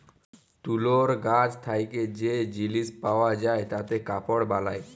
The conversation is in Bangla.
তুলর গাছ থেক্যে যে জিলিস পাওয়া যায় তাতে কাপড় বালায়